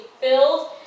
filled